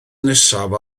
nesaf